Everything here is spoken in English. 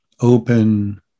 open